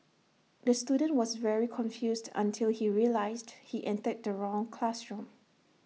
the student was very confused until he realised he entered the wrong classroom